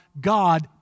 God